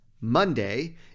Monday